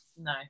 No